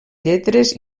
lletres